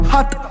Hot